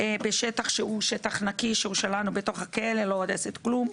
בשטח נקי שהוא שלנו בתוך הכלא, לא הורסת כלום.